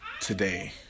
today